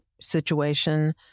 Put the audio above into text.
situation